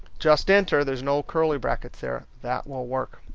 just enter. there's no curly brackets there, that won't work.